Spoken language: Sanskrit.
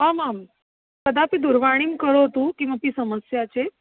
आमां कदापि दूरवाणीं करोतु किमपि समस्या चेत्